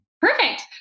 Perfect